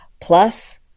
plus